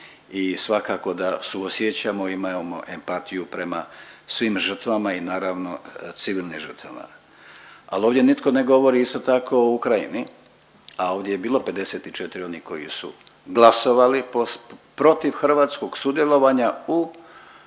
i svakako da suosjećamo, imamo empatiju prema svim žrtvama i naravno civilnim žrtvama. Ali ovdje nitko ne govori isto tako o Ukrajini, a ovdje je bilo 54 onih koji su glasovali protiv Hrvatskog sudjelovanja u misiji